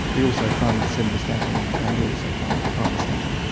we also fund simvastatin and we also fund pravastatin.